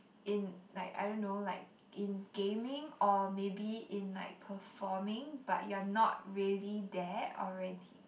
in like I don't know like in gaming or maybe in like performing but you're not really there already